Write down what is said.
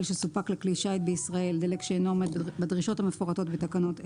שסופק לכלי שיט בישראל דלק שאינו עומד בדרישות המפורטות בתקנות אלה,